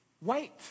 wait